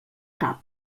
cap